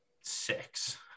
six